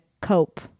cope